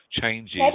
changes